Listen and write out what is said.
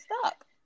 stuck